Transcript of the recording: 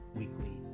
weekly